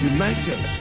United